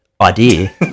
Idea